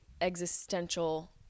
existential